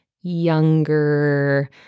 younger